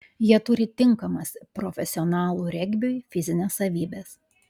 jie turi tinkamas profesionalų regbiui fizines savybes